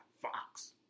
Fox